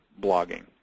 blogging